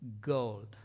gold